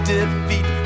Defeat